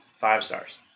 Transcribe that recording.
five-stars